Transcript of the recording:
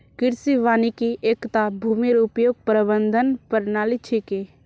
कृषि वानिकी एकता भूमिर उपयोग प्रबंधन प्रणाली छिके